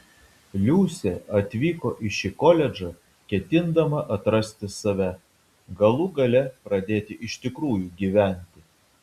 liusė atvyko į šį koledžą ketindama atrasti save galų gale pradėti iš tikrųjų gyventi